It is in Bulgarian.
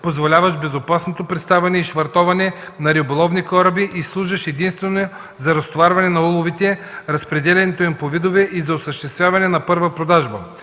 позволяващ безопасното приставане и швартоване на риболовни кораби и служещ единствено за разтоварване на уловите, разпределянето им по видове и за осъществяване на първа продажба.“